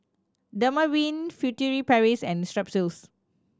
Dermaveen Furtere Paris and Strepsils